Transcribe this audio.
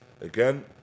again